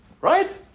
Right